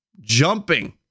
Jumping